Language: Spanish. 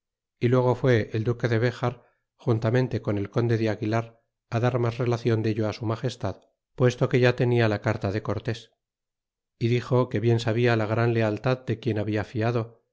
y luego fue el duque de dejar juntamente con el conde de aguijar a dar mas relacion dello a su magestad puesto que ya tenia la carta de cortés y dixo que bien sabia la gran lealtad de quien habia fiado